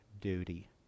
duty